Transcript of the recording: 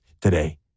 today